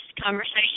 conversation